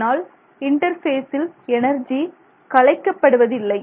அதனால் இன்டர்பேசில் எனர்ஜி கலைக்கப் படுவதில்லை